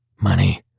Money